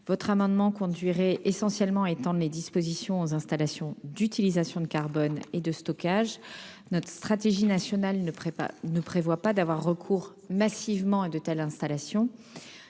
n° 466 rectifié vise essentiellement à étendre les dispositions aux installations d'utilisation de carbone et de stockage. Or la stratégie nationale ne prévoit pas d'avoir recours massivement à de telles installations,